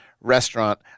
restaurant